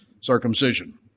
circumcision